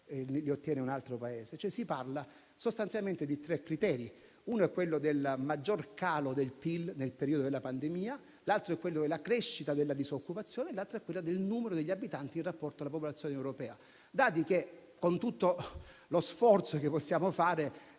Si parla sostanzialmente di tre criteri: uno è quello del maggior calo del PIL nel periodo della pandemia; il secondo è quello della crescita della disoccupazione; il terzo è quello del numero degli abitanti in rapporto alla popolazione europea. Sono dati che, con tutto lo sforzo che possiamo fare,